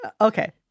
Okay